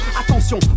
Attention